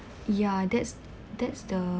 ya that's that's the